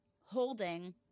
holding